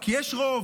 כי יש רוב.